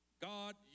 God